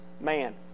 man